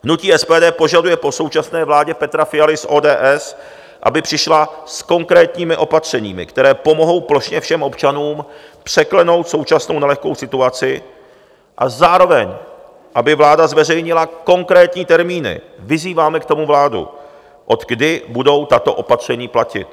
Hnutí SPD požaduje po současné vládě Petra Fialy z ODS, aby přišla s konkrétními opatřeními, která pomohou plošně všem občanům překlenout současnou nelehkou situaci, a zároveň aby vláda zveřejnila konkrétní termíny vyzýváme k tomu vládu odkdy budou tato opatření platit.